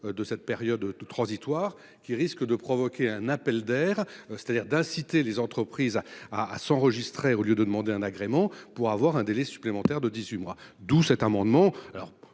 de cette période transitoire qui risque de provoquer un appel d'air, c'est-à-dire d'inciter les entreprises à à s'enregistrer au lieu de demander un agrément pour avoir un délai supplémentaire de 18 mois, d'où cet amendement.